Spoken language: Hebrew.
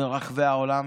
ברחבי העולם,